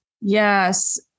Yes